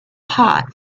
hot